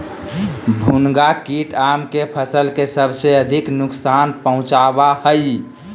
भुनगा कीट आम के फसल के सबसे अधिक नुकसान पहुंचावा हइ